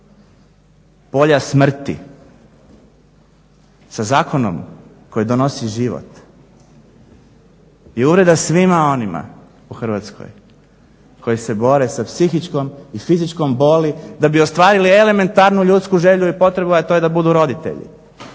polja smrti sa zakonom koji donosi život je uvreda svima onima u Hrvatskoj koji se bore sa psihičkom i fizičkom boli da bi ostvarili elementarnu ljudsku želju i potrebu a to je da budu roditelji